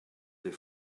des